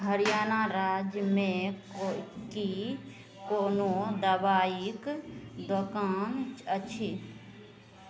हरियाणा राज्यमे कि कोनो दवाइके दोकान अछि